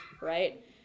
Right